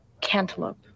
cantaloupe